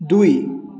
দুই